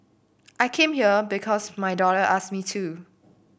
I came here because my daughter asked me to